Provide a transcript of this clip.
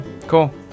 Cool